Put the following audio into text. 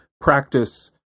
practice